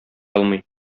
алмый